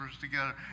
together